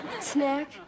Snack